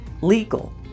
legal